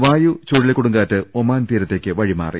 വായു ചുഴലിക്കൊടുങ്കാറ്റ് ഒമാൻ തീരത്തേക്ക് വഴിമാറി